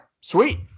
sweet